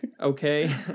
okay